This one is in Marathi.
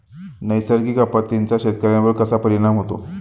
नैसर्गिक आपत्तींचा शेतकऱ्यांवर कसा परिणाम होतो?